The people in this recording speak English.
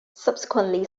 subsequently